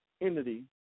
entity